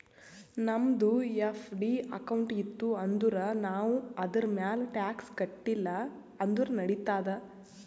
ನಮ್ದು FD account ಇತ್ತು ಅಂದುರ್ ನಾವ್ ಅದುರ್ಮ್ಯಾಲ್ ಟ್ಯಾಕ್ಸ್ ಕಟ್ಟಿಲ ಅಂದುರ್ ನಡಿತ್ತಾದ್